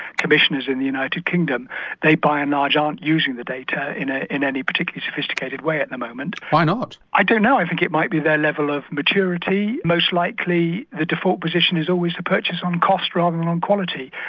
commissioners in the united kingdom they by and large aren't using the data in ah in any particular sophisticated way at the moment. why not? i don't know, i think it might be their level of maturity most likely the default position is always the purchase on cost rather than on quality.